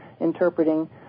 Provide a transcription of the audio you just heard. interpreting